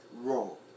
roll